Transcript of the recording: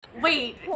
Wait